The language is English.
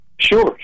Sure